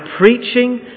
preaching